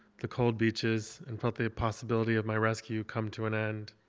the cold beaches, and felt the possibility of my rescue come to an end.